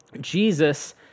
Jesus